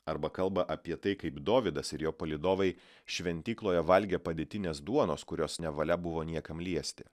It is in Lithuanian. arba kalba apie tai kaip dovydas ir jo palydovai šventykloje valgė padėtinės duonos kurios nevalia buvo niekam liesti